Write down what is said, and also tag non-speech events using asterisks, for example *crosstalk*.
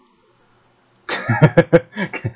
*laughs*